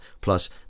Plus